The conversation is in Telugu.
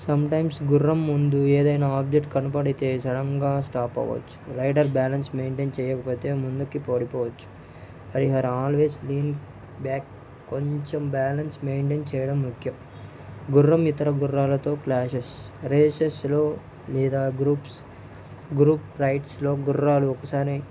సంటైమ్స్ గుర్రం ముందు ఏదైనా ఆబ్జెక్ట్ కనపడితే సడన్గా స్టాప్ అవ్వవచ్చు రైడర్ బ్యాలెన్స్ మెయింటెయిన్ చెయ్యకపోతే ముందుకి పడిపోవచ్చు I her always been back కొంచెం బ్యాలెన్స్ మెయింటైన్ చెయ్యడం ముఖ్యం గుర్రం ఇతర గుర్రాలతో క్లాషెస్ రేసెస్లో లేదా గ్రూప్స్ గ్రూప్ రైడ్స్లో గుర్రాలు ఒకసారి